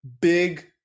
big